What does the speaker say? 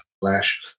flash